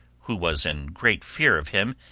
who was in great fear of him,